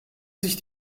sich